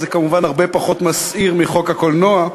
זה כמובן הרבה פחות מסעיר מחוק הקולנוע.